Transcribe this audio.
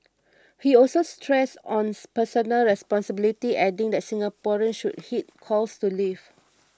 he also stressed on personal responsibility adding that Singaporeans should heed calls to leave